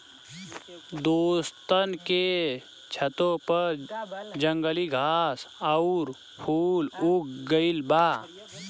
दोस्तन के छतों पर जंगली घास आउर फूल उग गइल बा